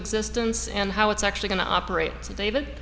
existence and how it's actually going to operate david